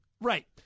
Right